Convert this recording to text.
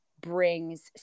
brings